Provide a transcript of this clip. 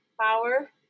power